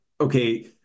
okay